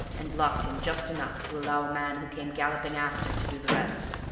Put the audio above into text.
and blocked him just enough to allow a man who came galloping after to do the rest.